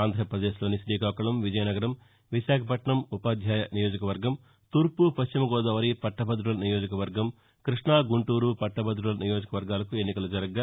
ఆంధ్రప్రదేశ్లోని శీకాకుళం విజయనగరం విశాఖపట్నం ఉపాధ్యాయ నియోజకవర్గం తూర్పు పశ్చిమ గోదావరి పట్టభదుల నియోజకవర్గం కృష్ణ గుంటూరు పట్టభ్రదుల నియోజకవర్గాలకు ఎన్నికలు జరగ్గా